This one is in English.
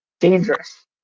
dangerous